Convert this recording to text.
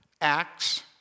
Acts